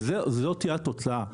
וזאת תהיה התוצאה.